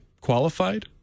qualified